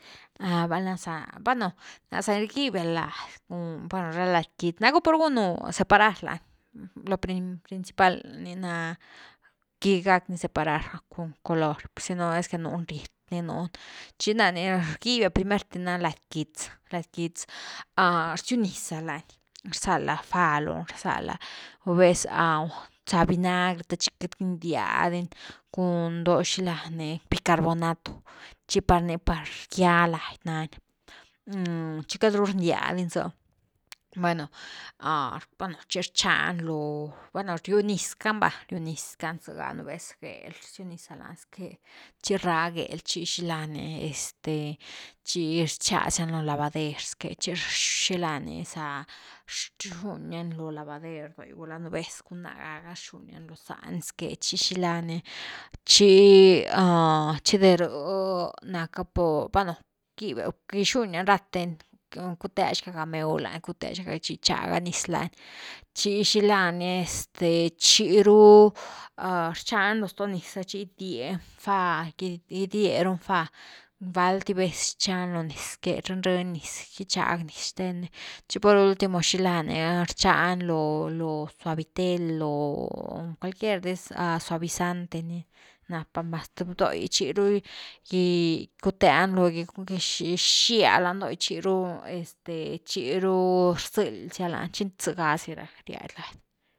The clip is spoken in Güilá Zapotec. Valna za, bueno, nasa ni rgibia lagy cun, bueno ra lagy quitz, napu por gunu separar lani, lo principal ni na gack ni separar con color sino núni riet ni nuny chi na ni rgibia primert’e na lady quitz-lagy quitz rsiu niza lan, rzala fa loni rzala, a vez eh rcha vinagre te chi par queity gindiadini chi cun bicarbonato te par gya lady nani, chi queity ru rndia di ni zë, bueno bueno chi rchani lo, bueno riu niz cani va riu niz cani zega nú vez gel rsiu niza lani sque, chira gel chi xila ni este chi rchá siani lañ lavader chi xila ni zar zuña ni lo lavader doi guna nú vez cun naah gaga rxunia lo zá ni zque. Chi xila ni, chi de rh napa por, bueno quibia, gixunia ratheni, cuthe xga mew lani cuthe xga, chi ichaga biz lani, chi xila ni este chiru rchani lo sto niz za chi gidieni fá, gidieruni fá val’ti vez chani lo niz, reni-reni niz gichag niz zten ni chi por ultimo xila ni rchani lo-lo suavitel lo cualquier dis suavizante ni na’pa mas th do’i chiru cuthe ni lo gy mas gixien do’i chiru-chiru rzël zia lany, chi zega’si rack riad lady.